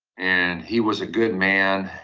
and he was a good man,